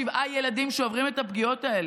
שבעה ילדים שעוברים את הפגיעות האלה.